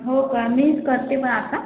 हो का मीच करते पण आता